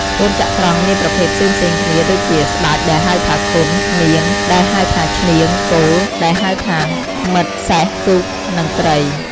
កូនចត្រង្គមានប្រភេទផ្សេងៗគ្នា ដូចជា ស្ដេច ដែលហៅថាខុន នាង ដែលហៅថាឈ្នាង គោល ដែលហៅថាម៉ិត សេះ ទូក និងត្រី។